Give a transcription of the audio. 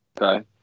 Okay